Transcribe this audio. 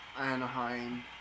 Anaheim